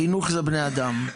חינוך זה בני אדם,